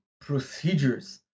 procedures